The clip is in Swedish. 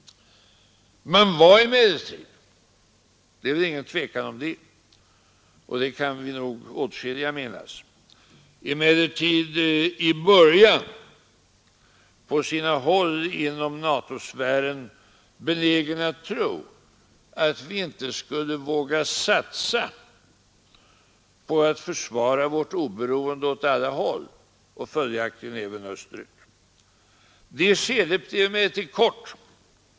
Man var emellertid — det är väl inget tvivel om det, och det kan nog åtskilliga av oss minnas — i början på sina håll inom NATO-sfären benägen att tro att vi inte skulle våga satsa på att försvara vårt oberoende åt alla håll och följaktligen även österut. Det skedet blev emellertid kort.